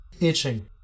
itching